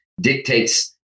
dictates